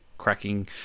cracking